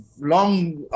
long